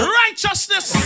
righteousness